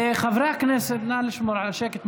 חברי הכנסת, נא לשמור על השקט.